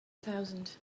thousand